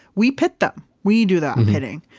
we pit them. we do that pitting.